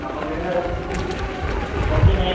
അപ്പം വീടിൻ്റ പരിസരത്ത് കുറച്ച് മേലെ